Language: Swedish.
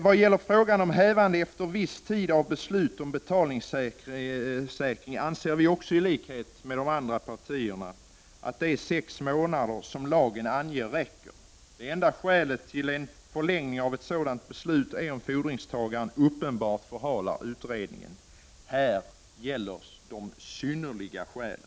Vad gäller frågan om hävandet efter viss tid av beslut om betalningssäkring anser vi, också i likhet med moderata samlingspartiet och folkpartiet, att de sex månader som lagen anger räcker. Det enda skälet till en förlängning av ett sådant beslut är att den skattskyldige uppenbart förhalar utredningen, och då skall ”synnerliga skäl” gälla.